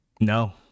No